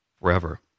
forever